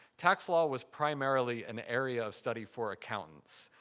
tax law was primarily an area of study for accountants.